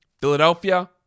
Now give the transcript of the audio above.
Philadelphia